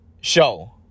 show